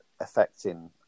affecting